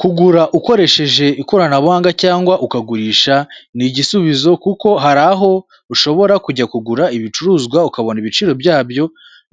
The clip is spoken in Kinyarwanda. Kugura ukoresheje ikoranabuhanga cyangwa ukagurisha ni igisubizo kuko hari aho ushobora kujya kugura ibicuruzwa ukabona ibiciro byabyo